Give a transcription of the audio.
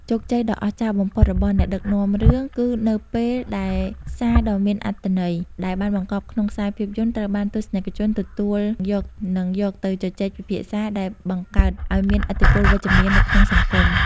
ជោគជ័យដ៏អស្ចារ្យបំផុតរបស់អ្នកដឹកនាំរឿង គឺនៅពេលដែលសារដ៏មានអត្ថន័យដែលបានបង្កប់ក្នុងខ្សែភាពយន្តត្រូវបានទស្សនិកជនទទួលយក និងយកទៅជជែកពិភាក្សា ដែលបង្កើតឱ្យមានឥទ្ធិពលវិជ្ជមាននៅក្នុងសង្គម។